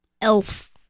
Elf